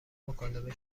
مکالمه